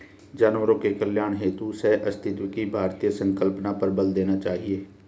जानवरों के कल्याण हेतु सहअस्तित्व की भारतीय संकल्पना पर बल देना चाहिए